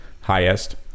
highest